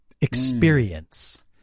experience